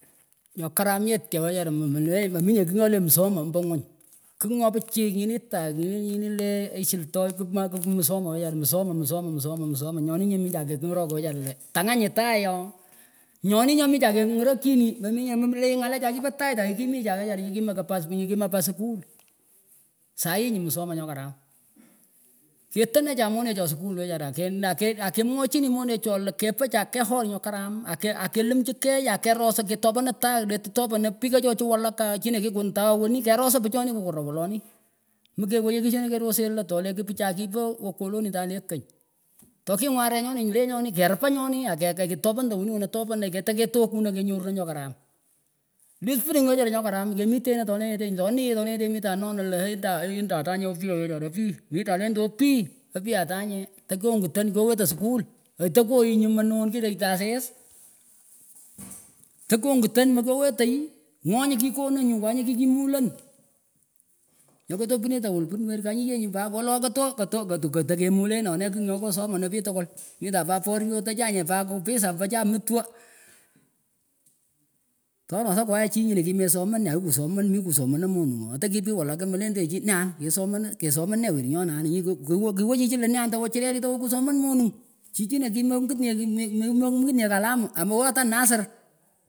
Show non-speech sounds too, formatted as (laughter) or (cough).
Nyon karamyeh tyah wechara memilmeminyeh kigh nyoleh msomo omba ngwiny kigh nyo pichiy nyinih nyi hi leh aysilton kumah kumsomoh wechara msomoh msomoh msomoh msomoh nyonih nyih michah kengorokoh wechara lan tangunyih tagh ooh nyonoh nyemichah kengorokon wechar lan tanganyih tagh ooh nyonoh nyin michah kengorokon wechara chih meminyeh memlaheh ngalechah kipah tagh takihmichah wechara chih kimakah pat (unintelligible) pa skull sahiinyuh msomo nyokaram ketandachi monechoh skull wecharah ake (hesitation) akemwochinih monechoh lan kepachah keyh horr nyoh kapam akeh akelimchi keyh akeros ketepandah tagh letitopanaha pihkachoh walaka china kikundah wenih kerosah lat tolekit pchah kipah ukoloni chaleh kany tohkingun areh nyonih nyuh lenyonih keripah nyu nih akehhketopandah wenih wenah topanay keteketokunh kenyorunah nyah karam (unintelligible) wechara nyoh karam teketokunan kenyorunah nyoh karam (unintelligible) wechara nyoih karam tikemitenah tolenyetenyih toniyeh tolenyeteh mitah nonah lah ei tah endah (hesitation) apuh wechara apih mitan endah apih apih atahnyeh tekyohngitan kyowetah skull aitokoyih nyuh munu kirektah asis tekyohngitan kakyowetay ngonyih kikonah nyuh manyih kikumulan nyoh katapinaten walih pin werkah anyihyeh nyuh pat wolo kotoh kotoh katih katekemulenoneh kigh nyoh kyosomanen pich tkwul mitan pah poryoh atanyehpat kukabisa chah mutwoh torosah wahehchih nyinah mekisoman nyeh akikuhsoman mih kusomaneh moningoh tekih pich walaka malendenyeh chih nee an kesomanah kesomon nee werinyonah anah nyini (hesitation) kawah kiwah chichih leneanah tawah chirerit takuwah kusoman moning chichan kimengit nyeh (unintelligible) mengitinyeh kalamu amawah atah nasar.